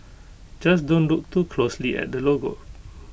just don't look too closely at the logo